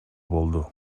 болду